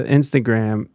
Instagram